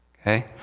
Okay